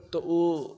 तऽ ओ